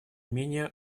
менее